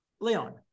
Leon